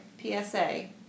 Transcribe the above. PSA